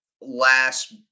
last